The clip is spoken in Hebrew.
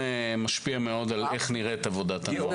משפיע מאוד על איך נראית עבודת הנוער.